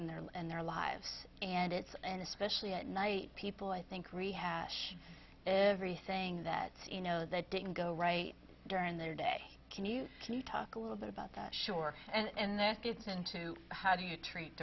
in their lives and their lives and it's and especially at night people i think rehash every saying that you know that didn't go right during the day can you can you talk a little bit about that sure and this gets into how do you treat